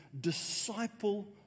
disciple